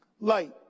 light